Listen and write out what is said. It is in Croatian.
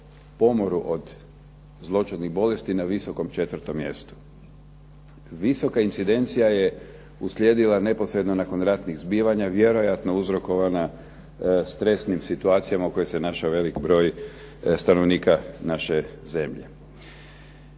pomoru od zloćudnih bolesti na visokom 4. mjestu. Visoka incidencija je uslijedila neposredno nakon ratnih zbivanja, vjerojatno uzrokovana stresnim situacijama u kojima se našao veliki broj stanovnika naše zemlje.